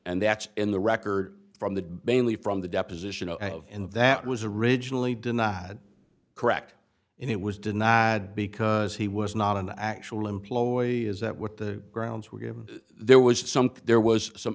and that's in the record from the mainly from the deposition and that was originally denied correct and it was denied because he was not an actual employee is that what the grounds were given there was something there was some